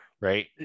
right